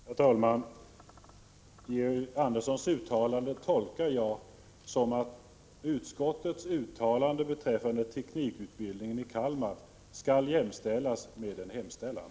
Herr talman! Jag tolkar Georg Anderssons inlägg så att utskottets uttalande beträffande teknikutbildningen i Kalmar skall jämställas med en hemställan.